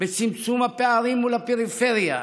בצמצום הפערים מול הפריפריה,